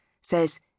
says